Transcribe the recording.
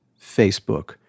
Facebook